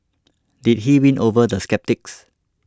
did he win over the sceptics